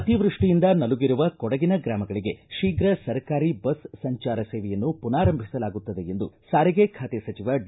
ಅತಿವೃಷ್ಷಿಯಿಂದ ನಲುಗಿರುವ ಕೊಡಗಿನ ಗ್ರಾಮಗಳಿಗೆ ಶೀಘ್ರ ಸರ್ಕಾರಿ ಬಸ್ ಸಂಚಾರ ಸೇವೆಯನ್ನು ಪುನಾರಂಭಿಸಲಾಗುತ್ತದೆ ಎಂದು ಸಾರಿಗೆ ಖಾತೆ ಸಚಿವ ಡಿ